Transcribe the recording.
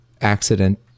accident